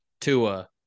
Tua –